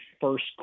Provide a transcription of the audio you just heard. first